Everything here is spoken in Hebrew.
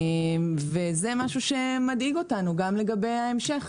וזה משהו שמדאיג אותנו גם לגבי ההמשך.